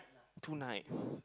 tonight